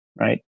right